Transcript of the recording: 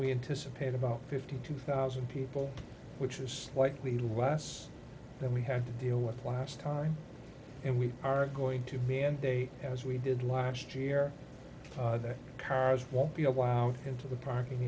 we anticipate about fifty two thousand people which is slightly less than we had to deal with last time and we are going to me and they as we did last year their cars won't be allowed into the parking